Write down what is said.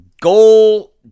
goal